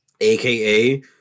aka